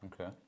Okay